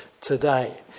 today